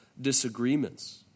disagreements